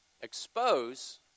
expose